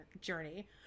journey